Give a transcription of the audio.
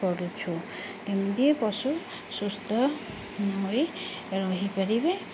କରୁଛୁ କେମିତି ପଶୁ ସୁସ୍ଥ ହୋଇ ରହିପାରିବେ